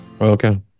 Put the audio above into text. Okay